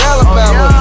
Alabama